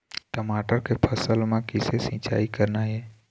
टमाटर के फसल म किसे सिचाई करना ये?